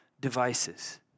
devices